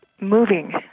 moving